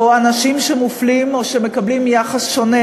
או שאנשים מופלים או מקבלים יחס שונה